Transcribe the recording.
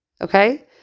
okay